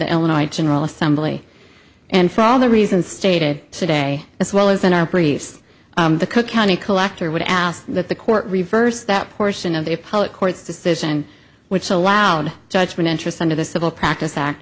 the illinois general assembly and for all the reasons stated today as well as in our previous the cook county collector would ask that the court reversed that portion of the appellate court's decision which allowed judgment interest under the civil practice act